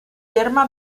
terme